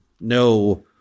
no